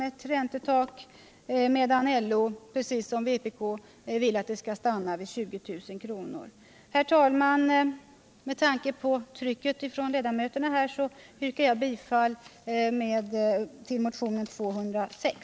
som räntetak, medan LO precis som vpk vill att det skall stanna vid 20000 kr. Herr talman! Med tanke på trycket från ledamöterna vill jag nu bara yrka bifall till motionen 206.